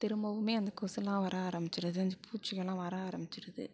திரும்பவுமே அந்த கொசுலாம் வர ஆரமிச்சிருது அந்த பூச்சிங்கள்லாம் வர ஆரமிச்சிருது